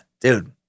dude